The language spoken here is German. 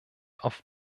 auf